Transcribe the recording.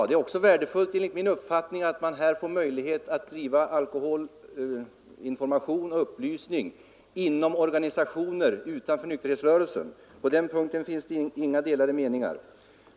Det är enligt min uppfattning också värdefullt att man här får möjlighet att bedriva alkoholinformation och upplysning inom organisationer utanför nykterhetsrörelsen. På den punkten råder det inga delade meningar.